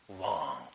long